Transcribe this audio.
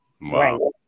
Wow